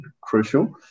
crucial